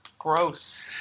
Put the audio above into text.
Gross